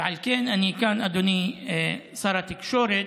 ועל כן אני כאן, אדוני שר התקשורת,